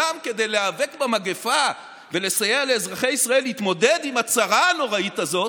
כדי להיאבק במגפה ולסייע לאזרחי ישראל להתמודד עם הצרה הנוראית הזאת,